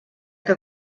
que